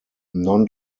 non